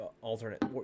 alternate